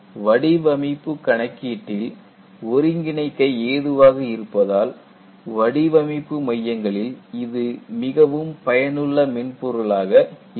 வடிவமைப்பு கணக்கீட்டில் ஒருங்கிணைக்க ஏதுவாக இருப்பதால் வடிவமைப்பு மையங்களில் இது மிகவும் பயனுள்ள மென்பொருளாக இருக்கும்